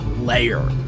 layer